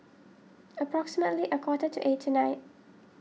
approximately a quarter to eight tonight